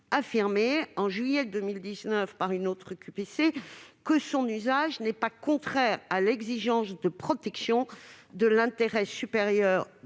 au mois de juillet 2019, dans une autre QPC, que son usage n'était pas contraire à l'exigence de protection de l'intérêt supérieur